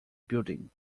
building